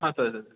हां चालेल